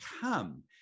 come